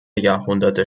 jahrhunderte